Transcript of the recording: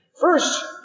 First